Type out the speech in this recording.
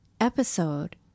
episode